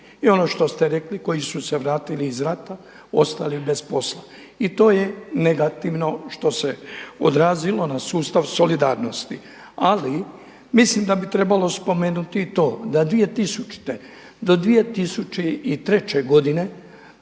i ono što ste rekli koji su se vratili iz rata ostali bez posla, i to je negativno što se odrazilo na sustav solidarnosti. Ali mislim da bi trebalo spomenuti i to da 2000. do 2003. godine